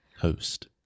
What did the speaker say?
Host